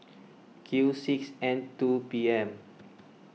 Q six N two P M